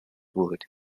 wood